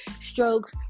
strokes